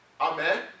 Amen